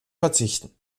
verzichten